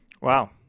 wow